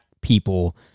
people